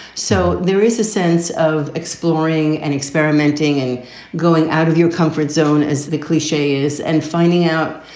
so there is a sense of exploring and experimenting and going out of your comfort zone, as the cliche is, and finding out,